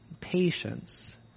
patience